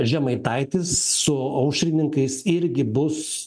žemaitaitis su aušrininkais irgi bus